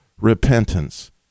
repentance